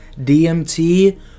DMT